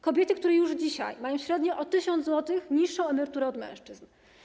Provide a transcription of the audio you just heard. Kobiety, które już dzisiaj mają średnio o 1000 zł niższą emeryturę od mężczyzn.